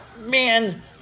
man